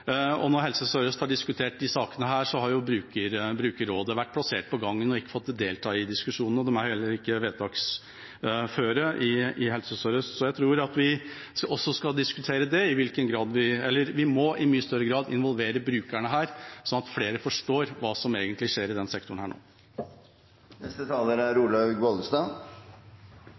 og når Helse Sør-Øst har diskutert disse sakene, har brukerrådet vært plassert på gangen og ikke fått delta i diskusjonene, og de er heller ikke vedtaksføre i Helse Sør-Øst. Så jeg tror at vi også skal diskutere det – vi må i mye større grad involvere brukerne her, slik at flere forstår hva som egentlig skjer i denne sektoren nå. IKT er en utfordring. IKT er